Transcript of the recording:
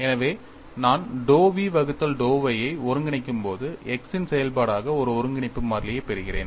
எனவே நான் dou v வகுத்தல் dou y ஐ ஒருங்கிணைக்கும்போது x இன் செயல்பாடாக ஒரு ஒருங்கிணைப்பு மாறிலியைப் பெறுகிறேன்